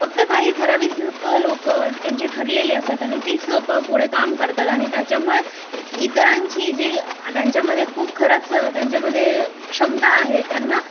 फक्त काही ठरावीसक लोकं त्यांची ठरलेली असात आणि तीच लोकं पुढे काम करतात आणि त्याच्यामुळे इतरांची जी त्यांच्यामध्ये खूप खरंच त्यांच्यामधे क्षमता आहे त्यांना